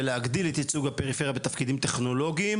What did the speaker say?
ולהגדיל את ייצוג הפריפריה בתפקידים טכנולוגיים